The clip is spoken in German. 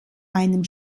einem